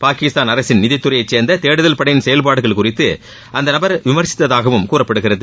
பாகிஸ்தான் அரசின் நிதித்துறையை சேர்ந்த தேடுதல் படையின் செயல்பாடுகள் குறித்து அந்த நபர் விமர்சித்ததாகவும் கூறப்படுகிறது